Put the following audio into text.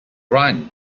run